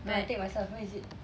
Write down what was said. I can take myself where is it